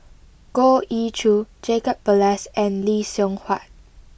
Goh Ee Choo Jacob Ballas and Lee Seng Huat